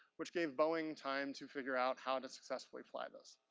which gave boeing time to figure out how to successfully fly this.